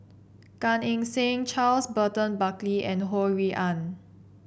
Gan Eng Seng Charles Burton Buckley and Ho Rui An